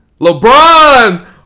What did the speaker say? LeBron